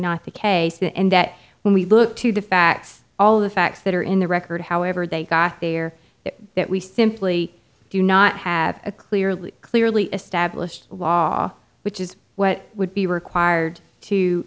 not the case the end that when we look to the facts all of the facts that are in the record however they got there that we simply do not have a clearly clearly established law which is what would be required to